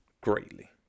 greatly